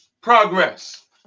progress